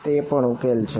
તે ઉકેલ પણ છે